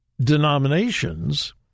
denominations—